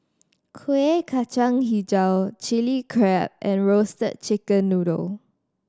Kuih Kacang Hijau Chili Crab and Roasted Chicken Noodle